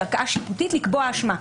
שהיא ערכאה שיפוטית לקבוע אשמה.